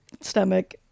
stomach